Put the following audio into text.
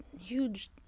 huge